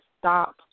stop